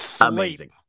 Amazing